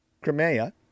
Crimea